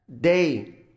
day